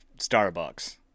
Starbucks